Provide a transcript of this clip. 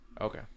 Okay